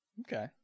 Okay